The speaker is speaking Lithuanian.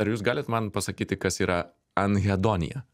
ar jūs galit man pasakyti kas yra anhedonija